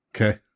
Okay